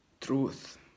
truth